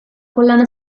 collana